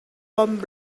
bon